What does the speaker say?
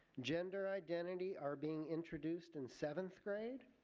gender identity are being introduced in seventh grade.